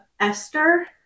Esther